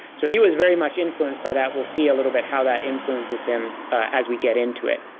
so he was very much influenced by that. we'll see a little bit how that influences him as we get into it.